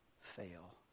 fail